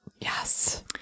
Yes